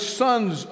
sons